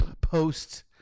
post